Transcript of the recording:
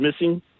missing